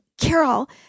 Carol